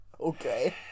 Okay